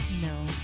No